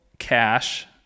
cash